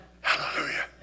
Hallelujah